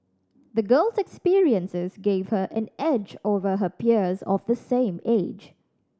the girl's experiences gave her an edge over her peers of the same age